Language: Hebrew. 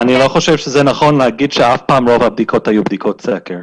אני לא חושב שזה נכון להגיד שרוב הבדיקות היו בדיקות סקר.